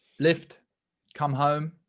lift come home.